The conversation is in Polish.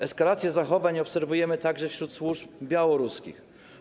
Eskalację zachowań obserwujemy także wśród służb białoruskich.